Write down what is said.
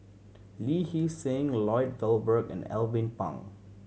Lee Hee Seng Lloyd Valberg and Alvin Pang